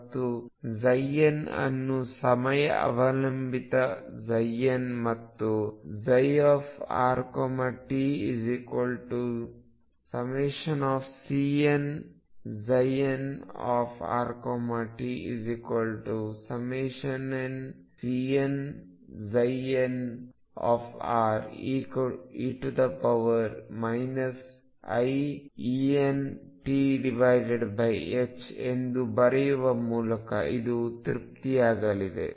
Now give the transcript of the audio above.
ಮತ್ತು n ಅನ್ನು ಸಮಯ ಅವಲಂಬಿತ n ಮತ್ತು rt∑CnnrtnCnnre iEnt ಎಂದು ಬರೆಯುವ ಮೂಲಕ ಇದು ತೃಪ್ತಿಯಾಗಲಿದೆ